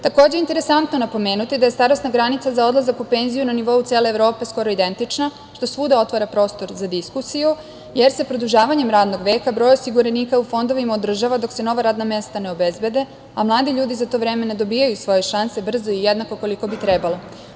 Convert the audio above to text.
Takođe, interesantno je napomenuti da je starosna granica za odlazak u penziju na nivou cele Evrope skoro identična, što svuda otvara prostor za diskusiju, jer se produžavanjem radnog veka broj osiguranika u fondovima održava dok se nova radna mesta ne obezbede, a mladi ljudi za to vreme ne dobijaju svoje šanse brzo i jednako koliko bi trebalo.